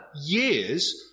years